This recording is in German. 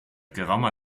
geraumer